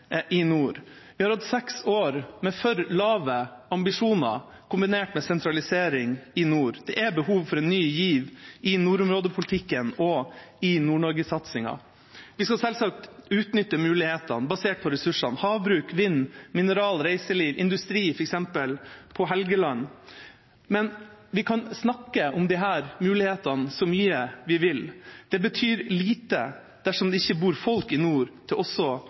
i nord. Vi har hatt seks år med for lave ambisjoner, kombinert med sentralisering i nord. Det er behov for en ny giv i nordområdepolitikken og i Nord-Norge-satsingen. Vi skal selvsagt utnytte mulighetene som er basert på ressursene: havbruk, vind, mineraler, reiseliv og industri, f.eks. på Helgeland. Men vi kan snakke om disse mulighetene så mye vi vil, det betyr lite dersom det ikke bor folk i nord